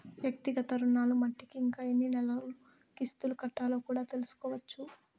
వ్యక్తిగత రుణాలు మట్టికి ఇంకా ఎన్ని నెలలు కిస్తులు కట్టాలో కూడా తెల్సుకోవచ్చు